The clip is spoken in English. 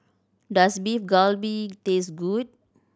does Beef Galbi taste good